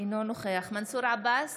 אינו נוכח מנסור עבאס,